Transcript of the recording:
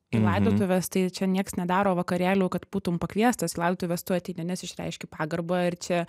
į laidotuves tai čia nieks nedaro vakarėlių kad būtum pakviestas į laidotuves tu ateini nes išreiški pagarbą ir čia